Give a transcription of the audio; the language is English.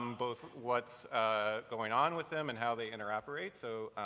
um both what's going on with them and how they interoperate. so,